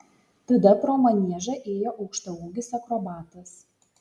tada pro maniežą ėjo aukštaūgis akrobatas